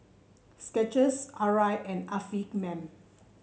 Skechers Arai and Afiq Man